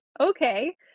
okay